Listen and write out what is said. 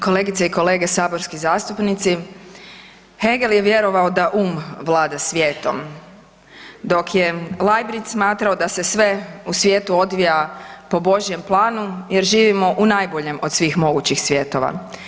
Kolegice i kolege saborski zastupnici, Hegel je vjerovao da um vlada svijetom, dok je Leibric smatrao da se sve u svijetu odvija po Božjem planu jer živimo u najboljem od svih mogućih svjetova.